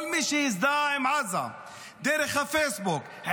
כל מי שהזדהה עם עזה דרך פייסבוק,